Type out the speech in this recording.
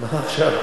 מה עכשיו?